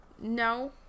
no